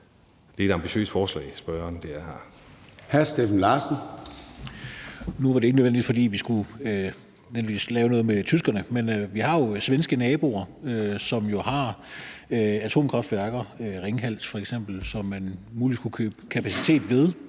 jeg er et ambitiøst forslag, som spørgeren